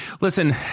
Listen